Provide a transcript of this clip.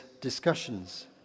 discussions